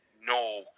no